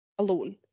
Alone